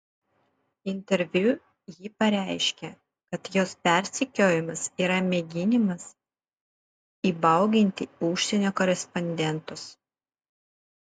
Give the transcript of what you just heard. interviu ji pareiškė kad jos persekiojimas yra mėginimas įbauginti užsienio korespondentus